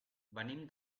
venim